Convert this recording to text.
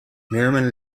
merriman